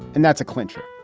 and that's a clincher.